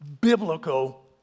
biblical